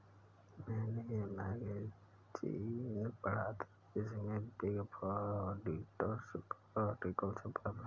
मेने ये मैगज़ीन पढ़ा था जिसमे बिग फॉर ऑडिटर्स का आर्टिकल छपा था